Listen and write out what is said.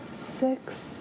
six